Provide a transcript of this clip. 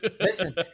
Listen